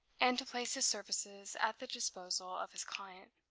and to place his services at the disposal of his client